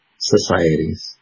societies